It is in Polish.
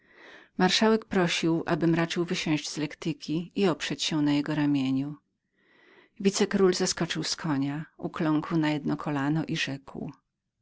marszałek prosił abym raczył wysiąść z lektyki i oprzeć się na jego ramieniu wicekról zeskoczył z konia ukląkł na jedno kolano i rzekł